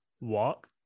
walk